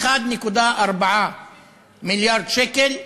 1.4 מיליארד שקל,